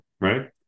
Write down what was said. right